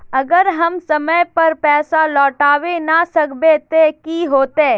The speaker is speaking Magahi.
अगर हम समय पर पैसा लौटावे ना सकबे ते की होते?